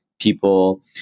people